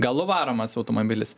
galu varomas automobilis